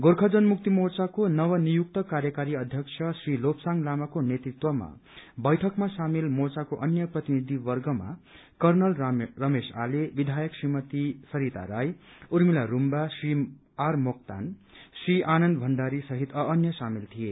गोर्खा जनमुक्ति मोर्चाको नवनियुक्त कार्यकारी अध्यक्ष श्री लोपसाङ लामाको नेतृत्वमा बैठकमा सामेल मोर्चाको अन्य प्रतिनिधिवर्गमा कर्णल रमेश आले विधायिका श्रीमती सरिता राई उर्मीला रूम्बा श्री आर मोक्तान श्री आनन्द भण्डारी सहित अ अन्य सामेल थिए